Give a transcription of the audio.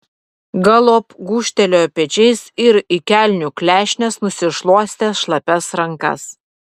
galop gūžtelėjo pečiais ir į kelnių klešnes nusišluostė šlapias rankas